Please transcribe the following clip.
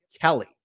Kelly